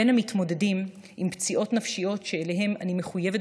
בין המתמודדים עם פציעות נפשיות שלהם אני מחויבת